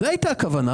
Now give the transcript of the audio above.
זו הייתה הכוונה.